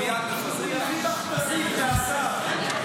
-- לפזר הפגנות, הוא יביא מכת"זית מהשר.